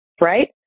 right